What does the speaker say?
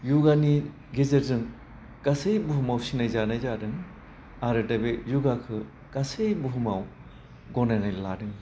य'गानि गेजेरजों गासै बुहुमाव सिनाय जानाय जादों आरो दा बे य'गाखौ गासै बुहुमाव गनायना लादों